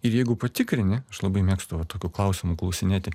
ir jeigu patikrini aš labai mėgstu va tokių klausimų klausinėti